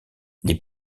les